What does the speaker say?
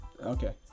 Okay